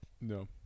No